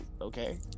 okay